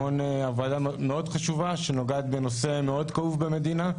הוועדה מאוד חשובה ונוגעת בנושא מאוד כאוב במדינה.